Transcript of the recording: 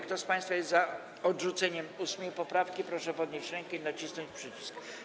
Kto z państwa jest za odrzuceniem 8. poprawki, proszę podnieść rękę i nacisnąć przycisk.